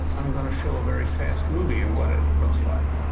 i'm gonna show a very fast movie of what it looks like.